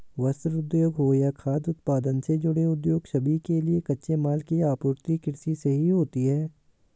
वस्त्र उद्योग हो या खाद्य उत्पादन से जुड़े उद्योग सभी के लिए कच्चे माल की आपूर्ति कृषि से ही होती है